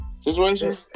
situation